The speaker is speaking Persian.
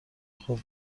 خوب